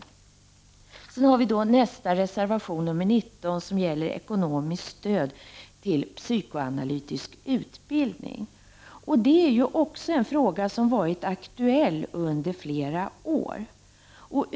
Därefter har vi reservation nr 19, som gäller ekonomiskt stöd till psykoanalytisk utbildning. Det är också en fråga som varit aktuell under flera år.